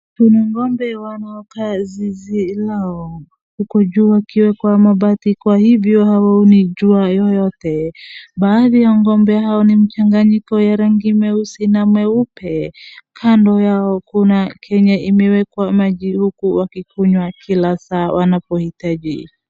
Kuna ng'ombe wanaokaa zizi lao huku juu wakiweka mabati kwa hivyo hawaoni jua yeyote, baadhi ya ng'ombe hao ni mchanganyiko wa rangi meusi na meupe. Kando yao kuna kenye imewekwa maji huku wakikunywa kila saa wanapo hitaji.